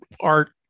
art